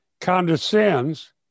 condescends